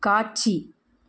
காட்சி